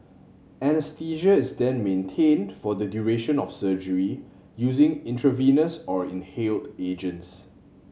anaesthesia is then maintained for the duration of surgery using intravenous or inhaled agents